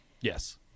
Yes